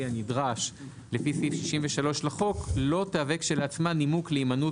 הנדרש לפי סעיף 63 לחוק לא תהווה כשלעצמה נימוק להימנעות